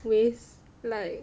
waste like